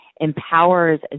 empowers